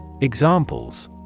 Examples